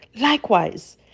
Likewise